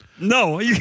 No